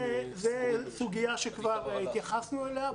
זו סוגיה שכבר התייחסנו אליה.